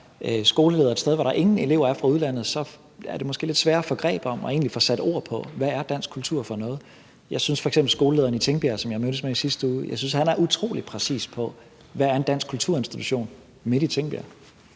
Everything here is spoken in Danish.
skoleleder et sted, hvor der ingen elever er fra udlandet, er det måske lidt sværere at få greb om og egentlig få sat ord på, hvad dansk kultur er for noget. Jeg synes f.eks., at skolelederen i Tingbjerg, som jeg mødtes med i sidste uge, er utrolig præcis på, hvad en dansk kulturinstitution er, midt i Tingbjerg.